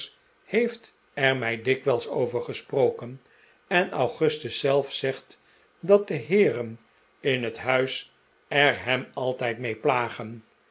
heeft er mij dikwijls over gesproken en augustus zelf zegt dat de heeren in het huis er hem altijd mee plagen